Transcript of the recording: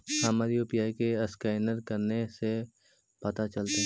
हमर यु.पी.आई के असकैनर कने से पता चलतै?